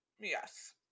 Yes